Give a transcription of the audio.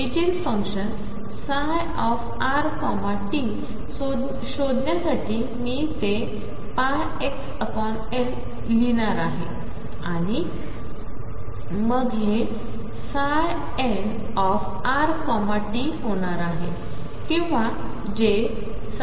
इगेनफंक्शनψrtशोधण्यासाठीमीतेπxLलिहावे